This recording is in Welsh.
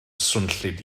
swnllyd